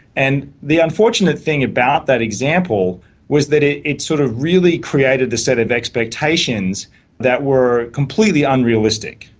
and the unfortunate thing about that example was that it it sort of really created a set of expectations that were completely unrealistic.